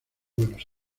buenos